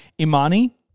imani